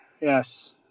Yes